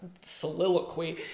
soliloquy